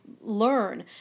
learn